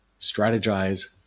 strategize